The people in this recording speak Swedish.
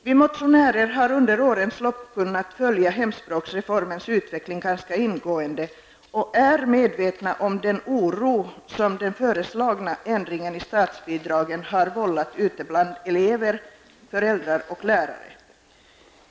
Vi motionärer har under årens lopp kunnat följa hemspråksreformens utveckling ganska ingående och är medvetna om den oro som den föreslagna ändringen i statsbidragen har vållat ute bland elever, föräldrar och lärare.